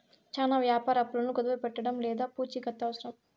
చానా వ్యాపార అప్పులను కుదవపెట్టడం లేదా పూచికత్తు అవసరం